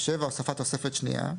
הוספת תוספת7.